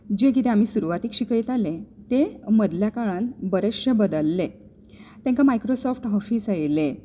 जें कितें आमी सुरवातेक शिकयताले तें मदल्या काळांत बरेंच शे बदलले तांकां मायक्रोसॉप्ट ऑफीस येयलें